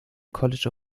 college